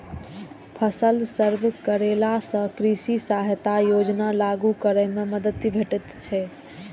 फसल सर्वे करेला सं कृषि सहायता योजना लागू करै मे मदति भेटैत छैक